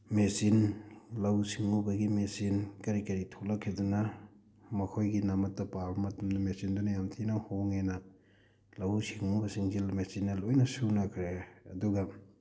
machine ꯂꯧꯎ ꯁꯤꯡꯎꯕꯒꯤ machine ꯀꯔꯤ ꯀꯔꯤ ꯊꯣꯛꯂꯛꯈꯤꯕꯗꯨꯅ ꯃꯈꯣꯏꯒꯤ ꯅꯥꯃꯠꯇꯨ ꯄꯥꯕ ꯃꯇꯝꯗ ꯃꯦꯆꯤꯟꯗꯨꯅ ꯌꯥꯝ ꯊꯤꯅ ꯍꯣꯡꯉꯦꯅ ꯂꯧꯎ ꯁꯤꯡꯎꯕꯁꯤꯡꯁꯦ ꯃꯦꯆꯤꯟꯅ ꯂꯣꯏꯅ ꯁꯨꯅꯈ꯭ꯔꯦ ꯑꯗꯨꯒ